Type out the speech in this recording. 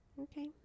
Okay